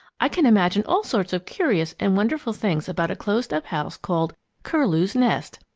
i can imagine all sorts of curious and wonderful things about a closed-up house called curlew's nest!